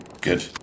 Good